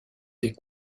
des